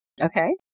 Okay